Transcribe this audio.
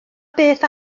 beth